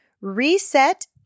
Reset